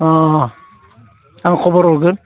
अह आं खबर हरगोन